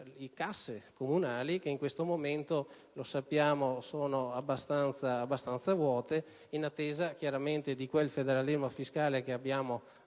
le casse comunali che in questo momento - come sappiamo - sono abbastanza vuote, in attesa chiaramente di quel federalismo fiscale che abbiamo approvato